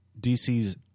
DC's